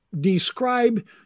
describe